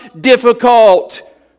difficult